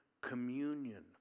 communion